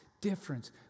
difference